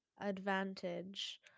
advantage